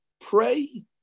pray